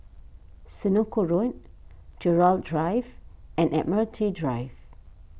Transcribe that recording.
Senoko Road Gerald Drive and Admiralty Drive